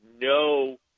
no